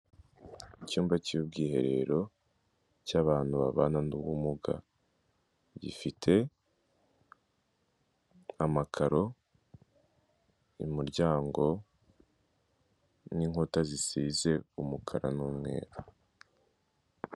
Icyumba cy'ubwiherero cy'abantu babana n'ubumuga, gifite amakaro, umuryango n'inkuta zisize umukara n'umweru.